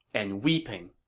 and weeping.